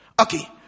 Okay